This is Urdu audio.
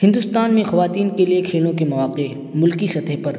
ہندوستان میں خواتین کے لیے کھیلوں کے مواقع ملکی سطح پر